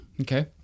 Okay